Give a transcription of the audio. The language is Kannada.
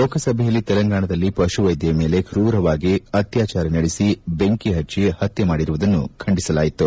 ಲೋಕಸಭೆಯಲ್ಲಿ ತೆಲಂಗಾಣದಲ್ಲಿ ಪಶುವೈದ್ದೆಯ ಮೇಲೆ ಕ್ರೂರವಾಗಿ ಅತ್ಯಾಚಾರ ನಡೆಸಿ ಬೆಂಕಿ ಪಜ್ಜಿ ಪತ್ತೆ ಮಾಡಿರುವುದನ್ನು ಖಂಡಿಸಲಾಯಿತು